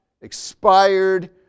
expired